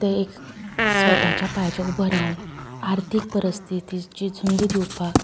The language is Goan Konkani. ते एक स्वताच्या पायंचेर उबो रावन आर्थीक परिस्थितीची झुंज दिवपाक